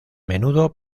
menudo